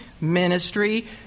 ministry